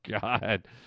God